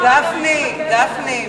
גפני,